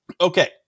Okay